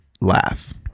laugh